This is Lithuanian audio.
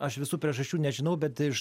aš visų priežasčių nežinau bet iš